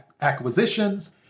acquisitions